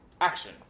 action